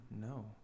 No